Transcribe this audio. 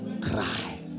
cry